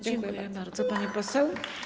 Dziękuję bardzo, pani poseł.